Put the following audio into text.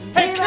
Hey